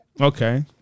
Okay